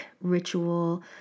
ritual